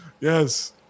Yes